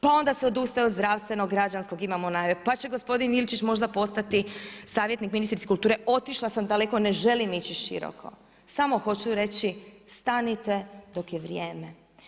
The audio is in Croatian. Pa onda se odustaje od zdravstvenog, građanskog imamo najave, pa će gospodin Ilčić možda postati savjetnik ministrici kulture, otišla sam daleko ne želim ići široko, samo hoću reći stanite dok je vrijeme.